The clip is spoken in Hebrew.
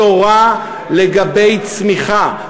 בשורה לגבי צמיחה,